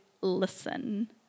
listen